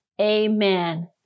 amen